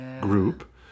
group